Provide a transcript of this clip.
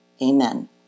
Amen